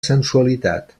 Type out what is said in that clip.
sensualitat